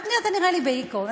אתה נראה לי בהיכון.